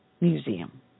Museum